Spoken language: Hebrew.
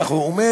כך הוא אומר,